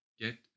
Get